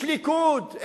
איש ליכוד,